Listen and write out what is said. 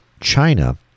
china